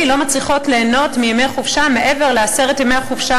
לא מצליחות ליהנות מימי חופשה מעבר לעשרת ימי החופשה,